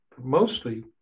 Mostly